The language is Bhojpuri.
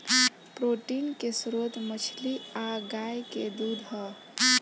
प्रोटीन के स्त्रोत मछली आ गाय के दूध ह